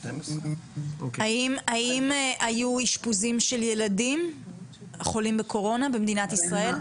האם היו אשפוזים של ילדים החולים בקורונה במדינת ישראל?